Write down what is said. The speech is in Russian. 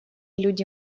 люди